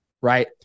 right